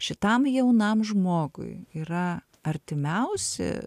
šitam jaunam žmogui yra artimiausi